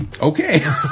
Okay